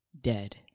dead